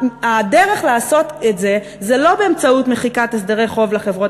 הדרך לעשות את זה היא לא באמצעות מחיקת הסדרי חוב לחברות